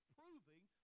proving